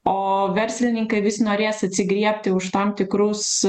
o verslininkai vis norės atsigriebti už tam tikrus